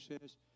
says